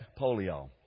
polio